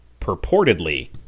purportedly